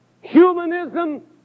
Humanism